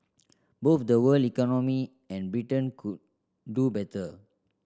both the world economy and Britain could do better